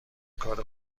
کار